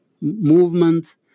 movement